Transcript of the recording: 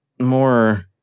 more